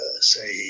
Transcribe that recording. say